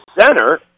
center